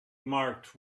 marked